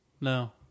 No